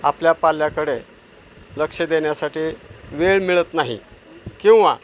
आपल्या पाल्याकडे लक्ष देण्यासाठी वेळ मिळत नाही किंवा